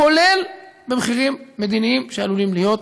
כולל במחירים מדיניים שעלולים להיות.